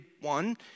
one